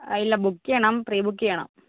ഇല്ല ബുക്ക് ചെയ്യണം പ്രീബുക്ക് ചെയ്യണം